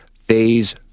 Phase